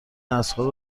نسلها